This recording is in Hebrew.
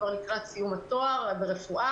כבר לקראת סיום התואר ברפואה.